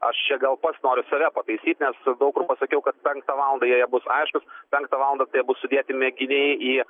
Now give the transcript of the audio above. aš čia gal pats noriu save pataisyt nes daug kur pasakiau kad penktą valandą jei jie bus aiškūs penktą valandą tai jie bus sudėti mėginiai į